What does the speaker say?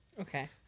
Okay